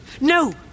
No